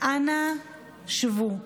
אנא שבו.